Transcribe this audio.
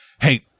Hey